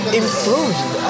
improved